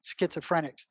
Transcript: schizophrenics